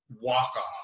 walk-off